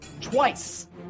Twice